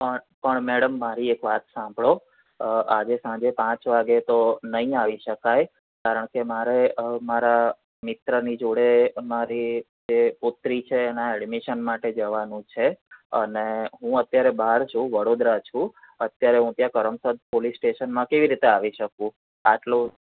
પણ પણ મેડમ મારી એક વાત સાંભળો આજે સાંજે પાંચ વાગે તો નહીં આવી શકાય કારણકે મારે અમારા મિત્રની જોડે મારી જે પુત્રી છે એના એડમિશન માટે જવાનું છે અને હું અત્યારે બહાર છું વડોદરા છું અત્યારે હું ત્યાં કરમસદ પોલીસ સ્ટેશનમાં કેવી રીતે આવી શકું આટલું